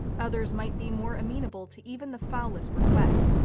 others might be more amenable to even the foulest request,